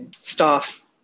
staff